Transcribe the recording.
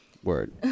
word